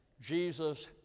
Jesus